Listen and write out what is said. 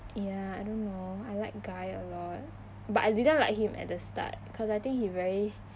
ya I don't know I like guy a lot but I didn't like him at the start cause I think he very